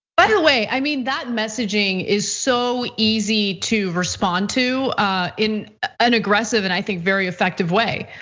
but way, i mean, that messaging is so easy to respond to in an aggressive and i think very effective way.